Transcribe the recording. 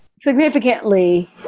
Significantly